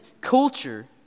culture